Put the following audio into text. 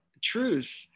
truth